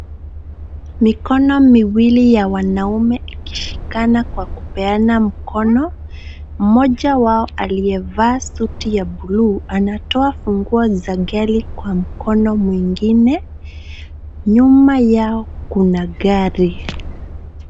Mikono miwili ya wanaume ikishikana kwa kupeana mkono. Mmoja wao aliyevaa suti ya bluu anatoa funguo za gari kwa mkono mwingine. Nyuma yao kuna gari.